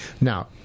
Now